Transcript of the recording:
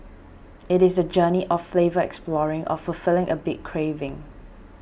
it is the journey of flavour exploring or fulfilling a big craving